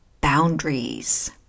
boundaries